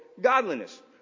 godliness